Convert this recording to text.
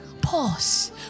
Pause